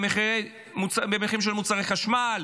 בתחומים שונים: במחירים של מוצרי חשמל,